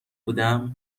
بودم